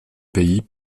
pays